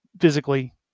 physically